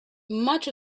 much